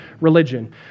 religion